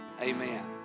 Amen